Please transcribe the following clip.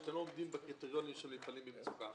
שאתם לא עומדים בקריטריונים של מפעלים במצוקה,